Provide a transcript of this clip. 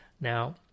now